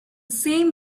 same